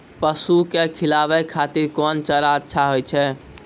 पसु के खिलाबै खातिर कोन चारा अच्छा होय छै?